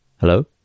Hello